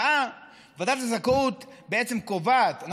ועדת הזכאות בעצם קובעת,